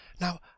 Now